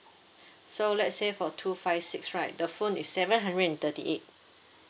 so let's say for two five six right the phone is seven hundred and thirty eight